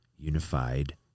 unified